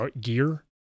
Gear